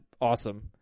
awesome